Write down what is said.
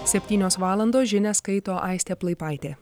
septynios valandos žinias skaito aistė plaipaitė